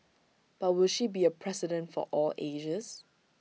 but will she be A president for all ages